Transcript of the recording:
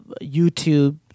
YouTube